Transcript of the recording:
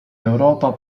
europa